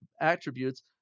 attributes